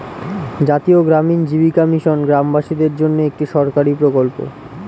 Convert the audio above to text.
জাতীয় গ্রামীণ জীবিকা মিশন গ্রামবাসীদের জন্যে একটি সরকারি প্রকল্প